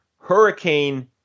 Hurricane